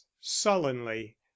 sullenly